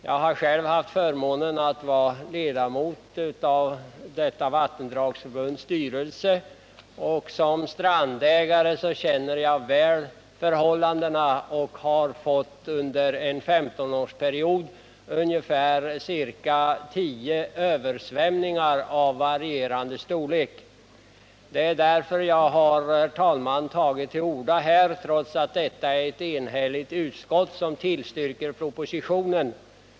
Jag har själv haft förmånen att vara ledamot av detta vattendragsförbunds styrelse, och som strandägare känner jag till förhållandena mycket väl. Under en 15-årsperiod har det skett ca tio översvämningar av varierande storlek. Därför har jag, herr talman, tagit till orda trots att ett enhälligt utskott tillstyrkt propositionen.